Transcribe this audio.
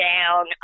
down